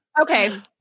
Okay